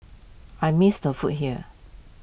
I miss the food here